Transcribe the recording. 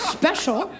special